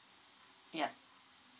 yeah